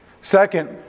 Second